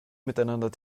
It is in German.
miteinander